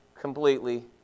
completely